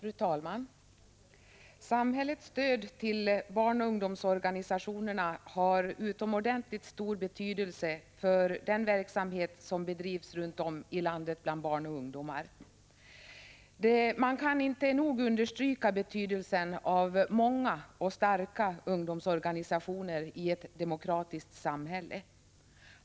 Fru talman! Samhällets stöd till barnoch ungdomsorganisationerna har utomordentligt stor betydelse för den verksamhet som bedrivs runt om i landet bland barn och ungdomar. Man kan inte nog understryka betydelsen av många och starka ungdomsorganisationer i ett demokratiskt samhälle.